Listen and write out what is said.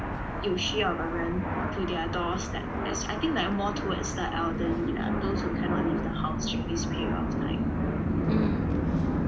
有需要的人 to their doorstep as I think like more towards the elderly lah those who cannot leave the house during this period of time and